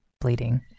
bleeding